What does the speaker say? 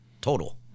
total